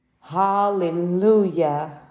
Hallelujah